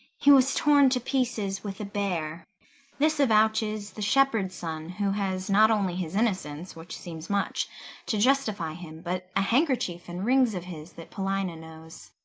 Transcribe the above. he was torn to pieces with a bear this avouches the shepherd's son, who has not only his innocence which seems much to justify him, but a handkerchief and rings of his, that paulina knows.